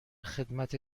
خدمت